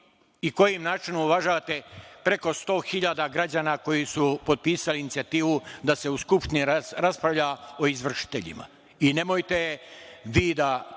na koji način uvažavate preko 100.000 građana koji su potpisali inicijativu da se u Skupštini raspravlja o izvršiteljima. Nemojte vi da